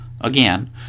again